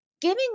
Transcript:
giving